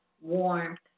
warmth